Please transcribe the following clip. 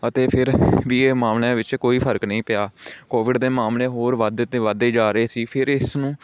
ਅਤੇ ਫਿਰ ਵੀ ਇਹ ਮਾਮਲਿਆਂ ਵਿੱਚ ਕੋਈ ਫਰਕ ਨਹੀਂ ਪਿਆ ਕੋਵਿਡ ਦੇ ਮਾਮਲੇ ਹੋਰ ਵੱਧਦੇ ਅਤੇ ਵੱਧਦੇ ਜਾ ਰਹੇ ਸੀ ਫਿਰ ਇਸ ਨੂੰ